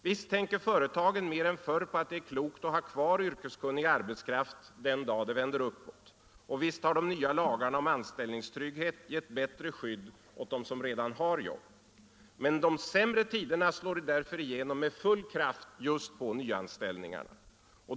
Visst tänker företagen mer än förr på att det är klokt att ha kvar yrkeskunnig arbetskraft den dag det vänder uppåt, och visst har de nya lagarna om anställningstrygghet gett ett bättre skydd åt dem som redan har arbete. Men de sämre tiderna slår därför igenom med full kraft just på nyanställningarna.